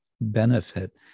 benefit